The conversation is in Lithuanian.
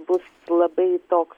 bus labai toks